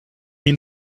mean